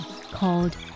called